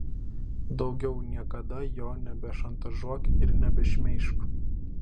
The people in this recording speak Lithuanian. daugiau niekada jo nebešantažuok ir nebešmeižk